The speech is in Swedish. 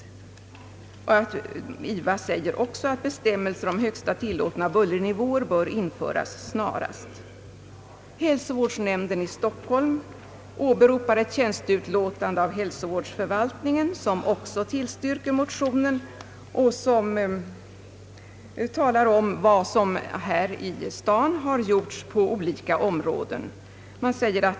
Ingeniörsvetenskapsakademien anför också att bestämmelser om högsta tillåtna bullernivåer bör införas snarast. Hälsovårdsnämnden i Stockholm åberopar ett tjänsteutlåtande av hälsovårdsförvaltningen som också tillstyrker motionen och som omtalar vad som har gjorts på olika områden här i Stockholm.